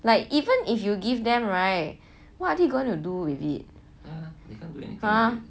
like even if you give them right what are they going to do with it